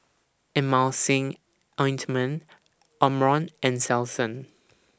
Emulsying Ointment Omron and Selsun